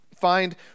find